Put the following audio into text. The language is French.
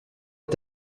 est